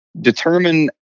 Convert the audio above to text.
determine